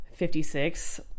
56